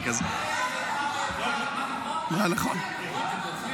למה איפה